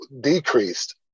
decreased